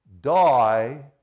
die